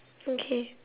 okay